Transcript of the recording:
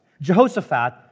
Jehoshaphat